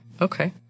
Okay